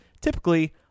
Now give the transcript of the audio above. typically